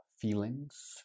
Feelings